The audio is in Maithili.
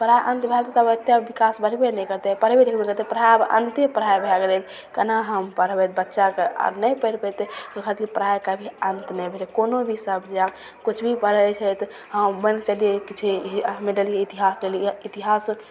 पढ़ाइ अन्त भै जएतै तब एतेक विकास बढ़बे नहि करतै पढ़बे लिखबे नहि करतै पढ़ाइ आब अन्ते पढ़ाइ भै गेलै कोना हम पढ़बै बच्चाके आओर नहि पढ़ि पएतै ओहि खातिर पढ़ाइ कभी अन्त नहि भेलै कोनो भी सबजेक्ट किछु भी पढ़ै छै तऽ हँ मानिके चलिऔ कि चाही हमे लेलिए इतिहास लेलिए इतिहास